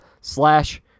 slash